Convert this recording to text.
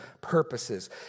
purposes